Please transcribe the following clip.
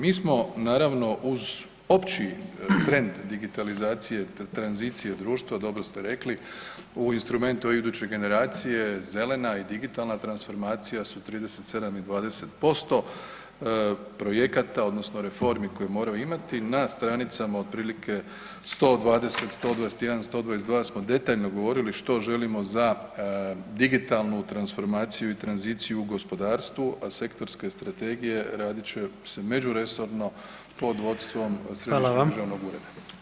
Mi smo naravno uz opći trend digitalizacije tranzicije društva dobro ste rekli u instrumentu EU Iduće generacije, zelena i digitalna transformacija su 37 i 20% projekata odnosno reformi koje moraju imati na stranicama otprilike 120, 121, 122 smo detaljno govorili što želimo za digitalnu transformaciju i tranziciju u gospodarstvu, a sektorske strategije radit će međuresorno pod vodstvom središnjeg državnog ureda.